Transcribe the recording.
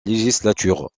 législature